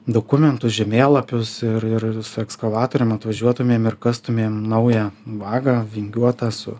dokumentus žemėlapius ir ir su ekskavatorium atvažiuotumėm ir kastumėm naują vagą vingiuotą su